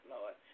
Lord